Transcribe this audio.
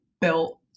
built